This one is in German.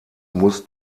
muss